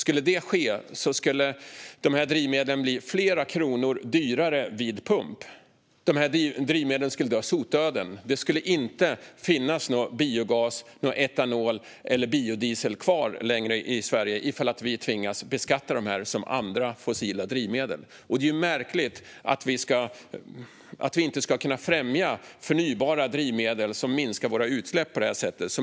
Om det skulle ske blir de här drivmedlen flera kronor dyrare vid pump och skulle dö sotdöden. Om vi tvingas beskatta dem som andra, fossila, drivmedel kommer det inte längre att finnas någon biogas, etanol eller biodiesel kvar i Sverige. Det är märkligt att vi inte ska kunna främja förnybara drivmedel som minskar våra utsläpp på det här sättet.